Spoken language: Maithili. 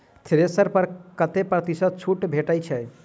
थ्रेसर पर कतै प्रतिशत छूट भेटय छै?